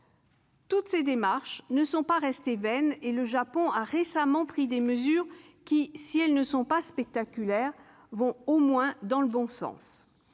Toutes ces démarches ne sont pas restées vaines, et le Japon a dernièrement pris des mesures qui, si elles ne sont pas spectaculaires, vont au moins dans le bon sens.